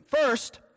First